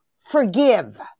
forgive